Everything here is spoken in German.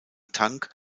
tank